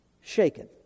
shaken